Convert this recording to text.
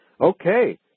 Okay